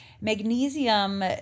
Magnesium